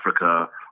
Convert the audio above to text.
Africa